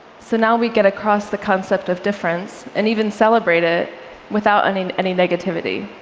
so now we get across the concept of difference and even celebrate it without i mean any negativity.